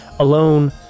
alone